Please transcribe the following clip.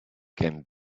can